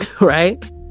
right